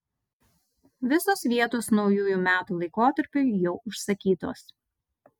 visos vietos naujųjų metų laikotarpiui jau užsakytos